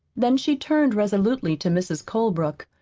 then she turned resolutely to mrs. colebrook,